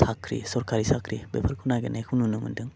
साख्रि सरकारि साख्रि बेफोरखौ नागेरनायखौ नुनो मोन्दों